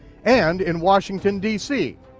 and in washington, dc.